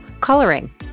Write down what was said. coloring